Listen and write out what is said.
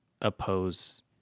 oppose